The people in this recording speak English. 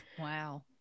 wow